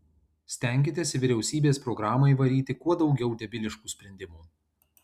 stenkitės į vyriausybės programą įvaryti kuo daugiau debiliškų sprendimų